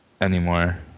anymore